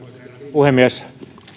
puhemies